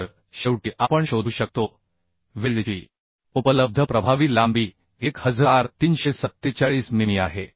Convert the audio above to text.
तर शेवटी आपण शोधू शकतो वेल्डची उपलब्ध प्रभावी लांबी 1347 मिमी आहे